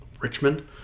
Richmond